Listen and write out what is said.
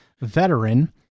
veteran